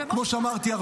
כמו שאמרתי,